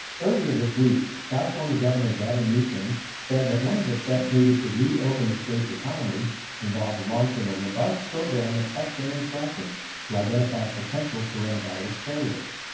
earlier this week california governor gavin newsom said that one of the steps needed to reopen the state's economy involves launching a robust program of testing and tracking to identify potential coronavirus carriers.